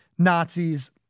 Nazis